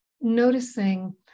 noticing